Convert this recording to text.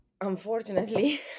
unfortunately